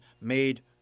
made